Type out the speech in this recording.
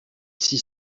six